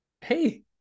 Hey